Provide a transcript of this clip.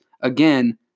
again